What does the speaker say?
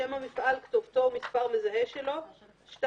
שם המפעל, כתובתו ומספר מזהה שלו, (2)